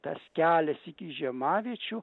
tas kelias iki žiemaviečių